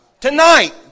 Tonight